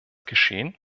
geschehen